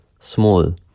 small